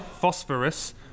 phosphorus